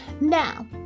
Now